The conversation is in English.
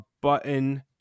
button